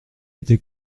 été